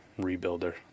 Rebuilder